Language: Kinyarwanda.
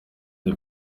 the